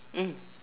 mm